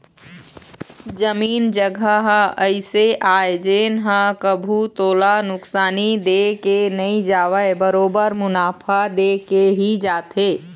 जमीन जघा ह अइसे आय जेन ह कभू तोला नुकसानी दे के नई जावय बरोबर मुनाफा देके ही जाथे